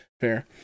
fair